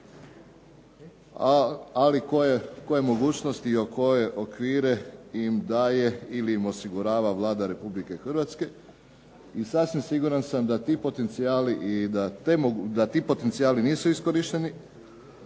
ali koje mogućnosti i koje okvire im daje ili osigurava Vlada Republike Hrvatske. I sasvim siguran sam da ti potencijali nisu iskorišteni